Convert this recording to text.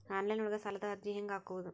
Online ಒಳಗ ಸಾಲದ ಅರ್ಜಿ ಹೆಂಗ್ ಹಾಕುವುದು?